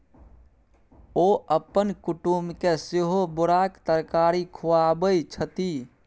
ओ अपन कुटुमके सेहो बोराक तरकारी खुआबै छथि